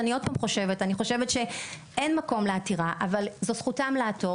אני חושבת שאין מקום לעתירה אבל זו זכותם לעתור